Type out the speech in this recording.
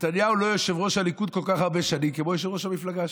נתניהו לא יושב-ראש הליכוד כל כך הרבה שנים כמו שהוא ראש המפלגה שלכם.